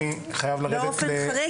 באופן חריג,